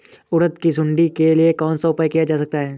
उड़द की सुंडी के लिए कौन सा उपाय किया जा सकता है?